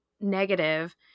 negative